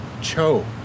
Cho